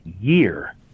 year